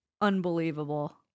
unbelievable